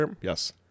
Yes